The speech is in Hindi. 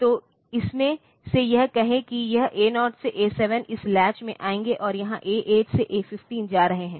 तो इसमें से यह कहें कि यह A 0 से A 7 इस लैच से आएगा और यहाँ A 8 से A 15 जा रहे हैं